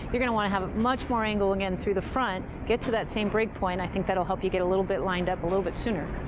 you're going to want to have much more angle again through the front, get that same break point, i think that will help you get a little bit lined up a little bit sooner.